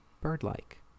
bird-like